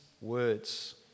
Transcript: words